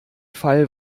fall